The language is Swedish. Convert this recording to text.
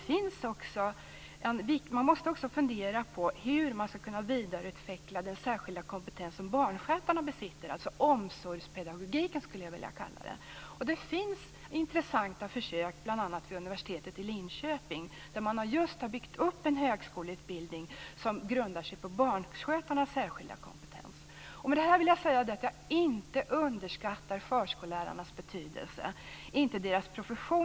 Man måste också fundera på hur man skall kunna vidareutveckla den särskilda kompetens som barnskötarna besitter, alltså omsorgspedagogiken, som jag skulle vilja kalla den. Det finns intressanta försök, bl.a. vid universitetet i Linköping, där man just har byggt upp en högskoleutbildning som grundar sig på barnskötarnas särskilda kompetens. Med det här vill jag inte säga att jag underskattar förskollärarnas betydelse, och inte heller deras profession.